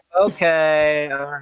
okay